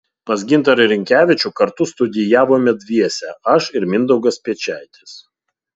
pas gintarą rinkevičių kartu studijavome dviese aš ir mindaugas piečaitis